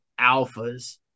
alphas